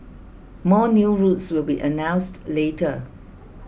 more new routes will be announced later